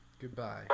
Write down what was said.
Goodbye